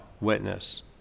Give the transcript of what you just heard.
Witness